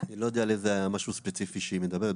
אני לא יודע על איזה משהו ספציפי שהיא מדברת.